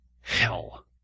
hell